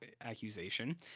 accusation